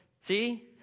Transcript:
See